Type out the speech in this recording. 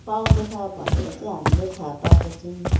पाउँदछ भनेर चाहिँ हामीले थाह पाएको छौँ